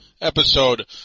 episode